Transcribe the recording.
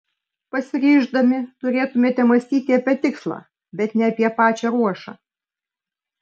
pasiryždami turėtumėme mąstyti apie tikslą bet ne apie pačią ruošą